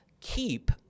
keep